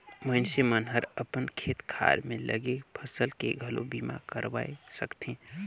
मइनसे मन हर अपन खेत खार में लगे फसल के घलो बीमा करवाये सकथे